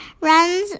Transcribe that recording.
runs